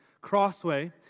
Crossway